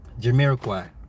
Jamiroquai